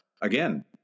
again—